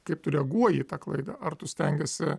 kaip tu reaguoji į tą klaidą ar tu stengiesi